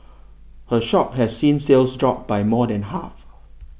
her shop has seen sales drop by more than half